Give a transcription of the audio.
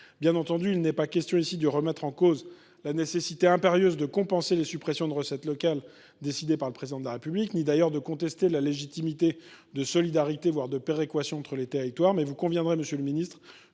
Bien entendu, il n’est pas question ici de remettre en cause la nécessité impérieuse de compenser les suppressions de recettes locales décidées par le Président de la République ni d’ailleurs de contester la légitimité de la solidarité, voire de la péréquation entre les territoires. Mais vous conviendrez, monsieur le ministre,